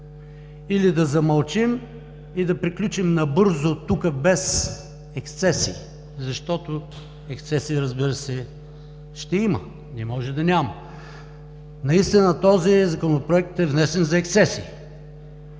или да замълчим и да приключим набързо тук без ексцесии? Защото ексцесии, разбира се, ще има, не може да няма. Наистина този Законопроект е внесен за ексцесии.